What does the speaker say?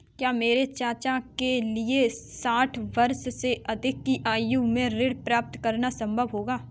क्या मेरे चाचा के लिए साठ वर्ष से अधिक की आयु में ऋण प्राप्त करना संभव होगा?